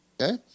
Okay